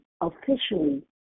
officially